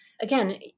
Again